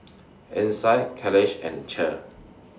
Isai Caleigh and Cher